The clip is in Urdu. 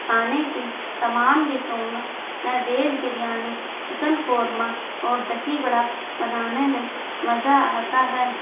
کھانے کی تمام ڈشوں میں ویج بریانی چکن قورمہ اور دہی بڑا بنانے میں مزا آتا ہے